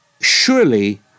Surely